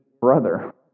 brother